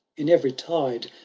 in every tide,